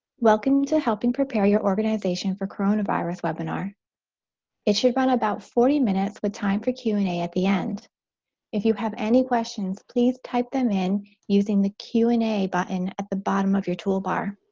welcome to helping prepare your organization for coronavirus webinar it should run about forty minutes with time for q and a at the end if you have any questions, please type them in using the q and a button at the bottom of your toolbar